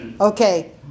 Okay